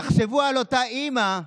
תחשבו על אותה אימא לארבעה,